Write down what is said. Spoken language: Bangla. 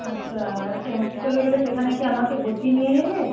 আচ্ছা আচ্ছা হসপিটালে গেলে সেখানে কি আমাকে ভর্তি নিয়ে নেবে